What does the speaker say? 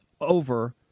over